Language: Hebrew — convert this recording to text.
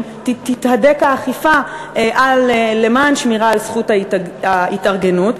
תתהדק האכיפה למען שמירה על זכות ההתארגנות.